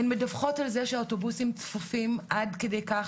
הן מדווחות על זה שהאוטובוסים צפופים עד כדי כך